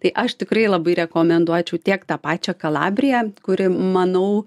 tai aš tikrai labai rekomenduočiau tiek tą pačią kalabriją kuri manau